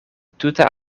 tuta